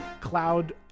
cloud